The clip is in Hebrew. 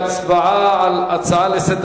ההצעה להעביר את